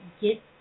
Get